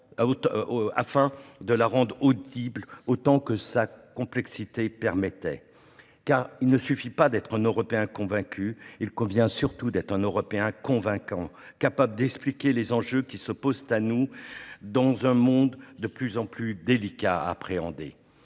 afin de la rendre audible autant que sa complexité le permet. En effet, il ne suffit pas d'être un Européen convaincu ; il convient surtout d'être un Européen convaincant, capable d'expliquer les enjeux réels qui se posent à nous dans un monde de plus en plus délicat à appréhender.